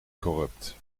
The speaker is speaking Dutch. corrupt